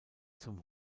zum